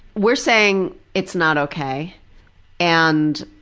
we're saying it's not ok and